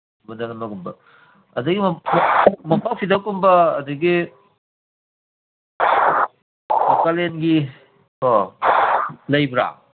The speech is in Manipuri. ꯅꯝ ꯑꯗꯩ ꯃꯣꯝꯄꯥꯛ ꯐꯤꯗꯛꯀꯨꯝꯕ ꯑꯗꯒꯤ ꯀꯥꯂꯦꯟꯒꯤꯀꯣ ꯂꯩꯕ꯭ꯔꯥ